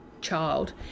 child